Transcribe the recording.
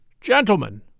Gentlemen